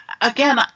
again